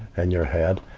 and your head.